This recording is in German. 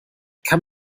kann